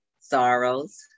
sorrows